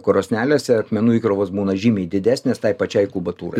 krosnelėse akmenų įkrovos būna žymiai didesnės tai pačiai kubatūrai